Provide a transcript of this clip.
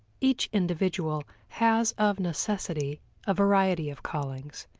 each individual has of necessity a variety of callings,